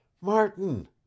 Martin